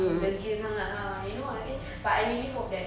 degil sangat lah you know what again but I really hope that